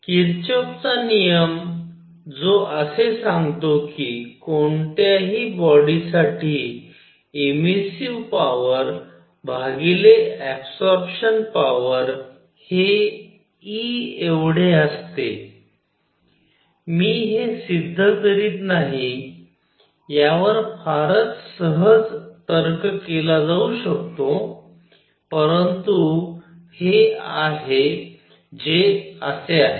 किरचॉफचा नियम जो असे सांगतो की कोणत्याही बॉडी साठी इमिसिव्ह पॉवर भागिले अबसॉरपशन पॉवर हे E एवढे असते मी हे सिद्ध करीत नाही यावर फारच सहज तर्क केला जाऊ शकतो परंतु हे आहे जे असे आहे